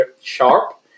sharp